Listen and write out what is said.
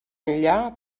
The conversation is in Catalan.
enllà